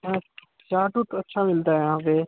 हाँ चाट उट अच्छा मिलता है यहाँ पर